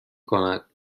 کند